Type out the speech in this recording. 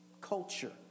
culture